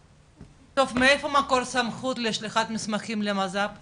טוב, מאיפה מקור סמכות לשליחת מסמכים למז"פ ?